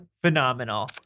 phenomenal